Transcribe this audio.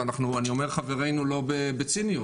אני אומר "חברנו" לא בציניות.